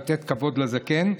לתת כבוד לזקן.